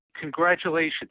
Congratulations